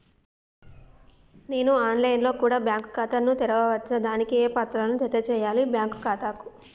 నేను online లో కూడా బ్యాంకు ఖాతా ను తెరవ వచ్చా? దానికి ఏ పత్రాలను జత చేయాలి బ్యాంకు ఖాతాకు?